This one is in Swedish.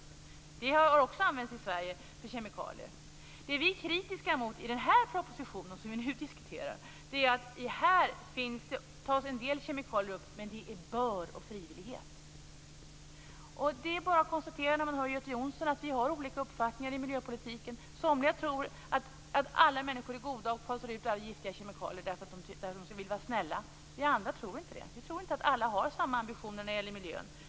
Sådana har också använts i Det vi är kritiska mot i den proposition vi nu diskuterar är att det är "bör" och frivillighet när det gäller de kemikalier som tas upp. När man hör Göte Jonsson är det bara att konstatera att vi har olika uppfattningar i miljöpolitiken. Somliga tror att alla människor är goda och fasar ut giftiga kemikalier därför att de vill vara snälla. Vi andra tror inte det. Vi tror inte att alla har samma ambitioner när det gäller miljön.